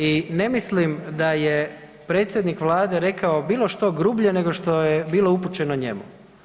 I ne mislim da je predsjednik Vlade rekao bilo što grublje nego što je bilo upućeno njemu.